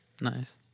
Nice